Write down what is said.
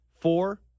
four